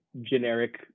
generic